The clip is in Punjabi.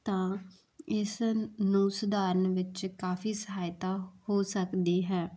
ਤਾਂ ਇਸ ਨੂੰ ਸੁਧਾਰਨ ਵਿੱਚ ਕਾਫ਼ੀ ਸਹਾਇਤਾ ਹੋ ਸਕਦੀ ਹੈ